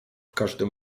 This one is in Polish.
każdym